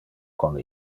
con